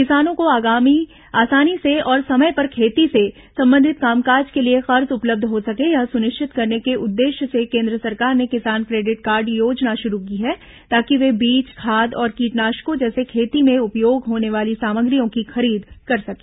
किसानों को आसानी से और समय पर खेती से संबंधित कामकाज के लिए कर्ज उपलब्ध हो सके यह सुनिश्चित करने के उद्देश्य से केन्द्र सरकार ने किसान क्रेडिट कार्ड योजना शुरू की है ताकि वे बीज खाद और कीटनाशकों जैसे खेती में उपयोग होने वाली सामग्रियों की खरीद कर सकें